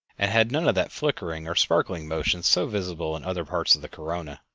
and had none of that flickering or sparkling motion so visible in other parts of the corona.